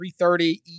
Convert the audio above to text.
330